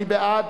מי בעד?